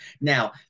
Now